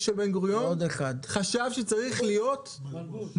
של בן גוריון חשבו שצריך להיות מעון,